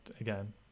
again